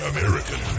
American